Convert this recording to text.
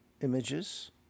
images